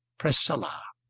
priscilla